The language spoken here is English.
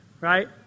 right